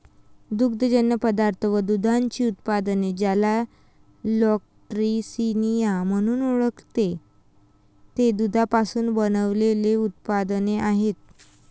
दुग्धजन्य पदार्थ व दुधाची उत्पादने, ज्याला लॅक्टिसिनिया म्हणून ओळखते, ते दुधापासून बनविलेले उत्पादने आहेत